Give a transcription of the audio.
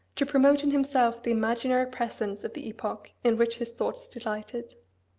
to promote in himself the imaginary presence of the epoch in which his thoughts delighted.